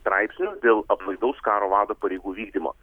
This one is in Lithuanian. straipsnio dėl aplaidaus karo vado pareigų vykdymo